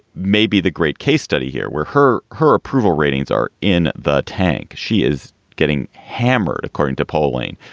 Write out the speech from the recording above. may be the great case study here where her her approval ratings are in the tank. she is getting hammered, according to polling,